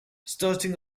starting